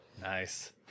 Nice